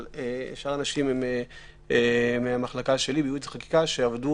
אבל שאר האנשים הם מהמחלקה שלי בייעוץ וחקיקה שעבדו